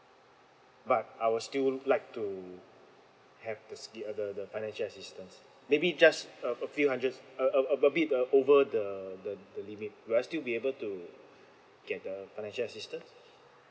but I would still like to have tthe scheme the the the financial assistance maybe just a a few hundred a a bit uh over the the limit will I still be able to get the financial assistance